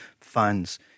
fans